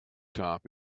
top